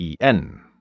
EN